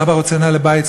סבא רוצה נעלי בית?